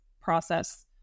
process